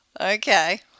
Okay